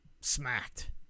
smacked